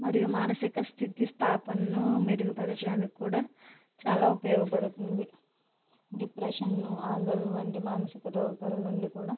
మరియు మానసిక స్థితి స్థాపకతను మెరుగుపరచడానికి కూడా చాలా ఉపయోగపడుతుంది డిప్రెషన్ను ఆందోళన వంటి మానసిక రోగాల నుండి కూడా